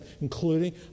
including